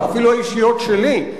אפילו האישיות שלי,